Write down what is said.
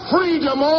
Freedom